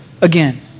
again